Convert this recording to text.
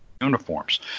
uniforms